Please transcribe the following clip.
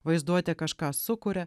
vaizduotė kažką sukuria